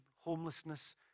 homelessness